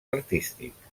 artístics